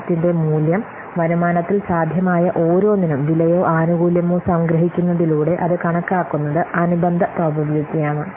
പ്രോജക്ടിന്റെ മൂല്യം വരുമാനത്തിൽ സാധ്യമായ ഓരോന്നിനും വിലയോ ആനുകൂല്യമോ സംഗ്രഹിക്കുന്നതിലൂടെ അത് കണക്കാക്കുന്നത് അനുബന്ധ പ്രോബബിലിറ്റിയാണ്